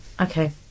Okay